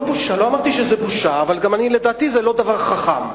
לא אמרתי שזה בושה, אבל, לדעתי, זה לא דבר חכם.